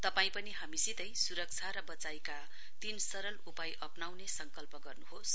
तपाई पनि हामीसितै सुरक्षा र वचाइका तीन सरल उपाय अप्नाउने सेकल्प गर्नुहोस